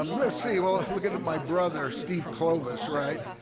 um let's see well, lookin' at my brother, steve kloves, right?